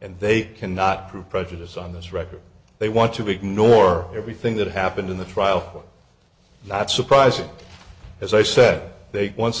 and they cannot prove prejudice on this record they want to be ignore everything that happened in the trial not surprising as i said they once they